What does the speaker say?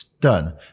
done